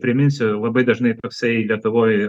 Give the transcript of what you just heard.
priminsiu labai dažnai toksai lietuvoj